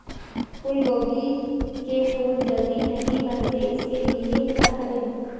फूलगोभी के फूल जल्दी नहीं बनते उसके लिए क्या करें?